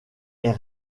est